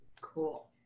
Cool